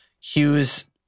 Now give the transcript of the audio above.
Hughes